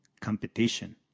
competition